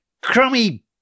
crummy